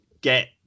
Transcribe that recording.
get